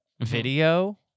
video